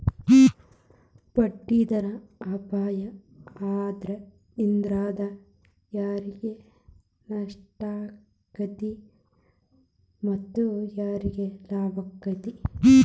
ಬಡ್ಡಿದರದ್ ಅಪಾಯಾ ಆದ್ರ ಇದ್ರಿಂದಾ ಯಾರಿಗ್ ನಷ್ಟಾಕ್ಕೇತಿ ಮತ್ತ ಯಾರಿಗ್ ಲಾಭಾಕ್ಕೇತಿ?